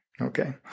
Okay